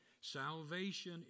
Salvation